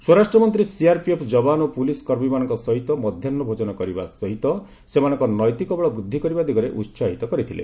ସ୍ୱରାଷ୍ଟ୍ରମନ୍ତ୍ରୀ ସିଆରପିଏଫ ଯବାନ ଓ ପୋଲିସ କର୍ମୀମାନଙ୍କ ସହିତ ମଧ୍ୟାହୁ ଭୋଜନ କରିବା ସହିତ ସେମାନଙ୍କ ନୈତିକ ବଳ ବୃଦ୍ଧି କରିବା ଦିଗରେ ଉସାହିତ କରିଥିଲେ